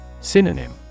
Synonym